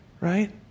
right